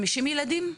50 ילדים?